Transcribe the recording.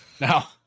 now